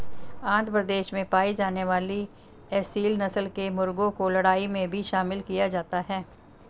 आंध्र प्रदेश में पाई जाने वाली एसील नस्ल के मुर्गों को लड़ाई में भी शामिल किया जाता है